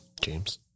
James